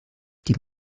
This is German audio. die